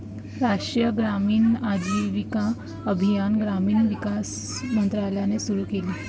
राष्ट्रीय ग्रामीण आजीविका अभियान ग्रामीण विकास मंत्रालयाने सुरू केले